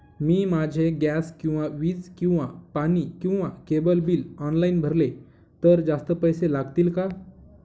मी माझे गॅस किंवा वीज किंवा पाणी किंवा केबल बिल ऑनलाईन भरले तर जास्त पैसे लागतील का?